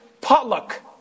potluck